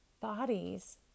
bodies